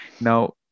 Now